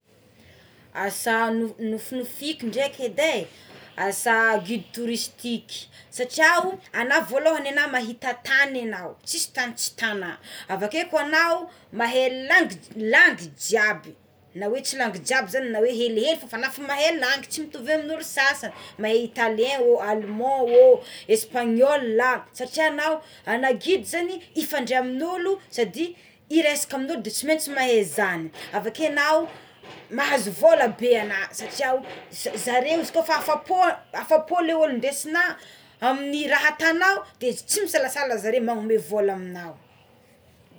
Asa nofinofiko ndraiky edy e asa gidy toristiky satria ana voalohany anao mahita tany tsisy tany tsy hitanh avakeo koa anao mahay langy langy jiaby na hoe tsy langy jiaby zany na hoe helihely na efa hoe mahay langy tsy mitovy amin' ny olo sasany mahay italien o aleman o espaniola satria agnao ana gida zagny ifandray amign'olo sady iresaka amign'olo de tsy maintsy mahay izany avakeo enao mahazo vola be ana satria zareo izy kôfa afapo olo ndesinao amlin'ny raha atagnao de tsy misalasala zare manome vola aminao.